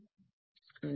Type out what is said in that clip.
વિદ્યાર્થી